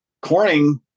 Corning